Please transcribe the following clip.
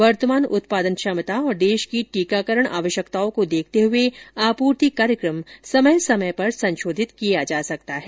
वर्तमान उत्पादन क्षमता तथा देश की टीकाकरण आवश्यकताओं को देखते हुए आपूर्ति कार्यक्रम समय समय पर संशोधित किया जा सकता है